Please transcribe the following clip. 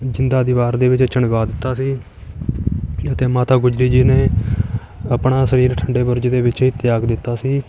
ਜ਼ਿੰਦਾ ਦੀਵਾਰ ਦੇ ਵਿੱਚ ਚਿਣਵਾ ਦਿੱਤਾ ਸੀ ਅਤੇ ਮਾਤਾ ਗੁਜਰੀ ਜੀ ਨੇ ਆਪਣਾ ਸਰੀਰ ਠੰਡੇ ਬੁਰਜ ਦੇ ਵਿੱਚ ਹੀ ਤਿਆਗ ਦਿੱਤਾ ਸੀ